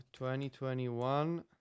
2021